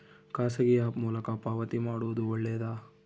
ಖಾಸಗಿ ಆ್ಯಪ್ ಮೂಲಕ ಪಾವತಿ ಮಾಡೋದು ಒಳ್ಳೆದಾ?